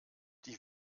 die